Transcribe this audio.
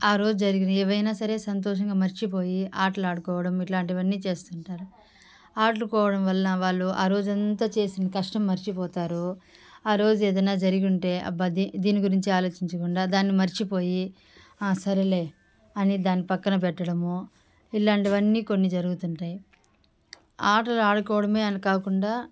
ఆ రోజు జరిగిన ఏవైనా సరే సంతోషంగా మర్చిపోయి అట్లాడుకోవడం ఇట్లాంటివన్నీ చేస్తుంటారు ఆడుకోవడం వలన వాళ్ళు ఆ రోజు అంతా చేసిన కష్టం మర్చిపోతారు ఆ రోజు ఏదన్నా జరిగుంటే అబ్బా దీన్ని గురించి ఆలోచించకుండా దాన్ని మర్చిపోయి హా సరిలే అని దాన్ని పక్కన పెట్టడమూ ఇలాంటివన్నీ కొన్ని జరుగుతుంటాయి ఆటలు ఆడుకోవడమే అని కాకుండా